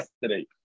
yesterday